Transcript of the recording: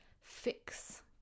fix